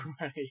Right